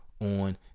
on